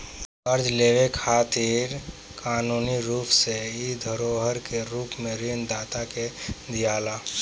कर्जा लेवे खातिर कानूनी रूप से इ धरोहर के रूप में ऋण दाता के दियाला